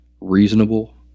reasonable